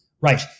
right